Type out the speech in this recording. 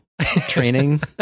training